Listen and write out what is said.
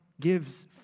gives